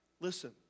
Listen